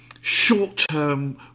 short-term